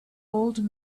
old